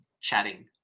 chatting